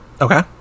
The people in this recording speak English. okay